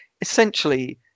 essentially